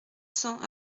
cents